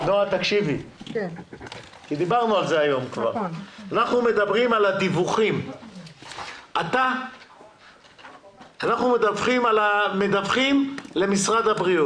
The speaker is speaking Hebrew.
"שווי דמי בידוד לעניין שיפוי 26יד. לעניין שיפוי מהמוסד למעסיק לפי סעיף 26י,